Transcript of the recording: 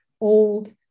old